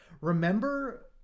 remember